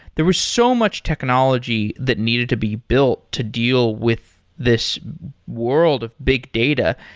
there were so much technology that needed to be built to deal with this world of big data.